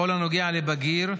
כי בכל הנוגע לבגיר,